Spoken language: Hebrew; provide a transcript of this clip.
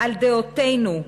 על דעותינו,